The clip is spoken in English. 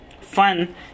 fun